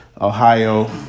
Ohio